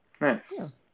Nice